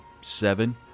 seven